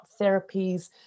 therapies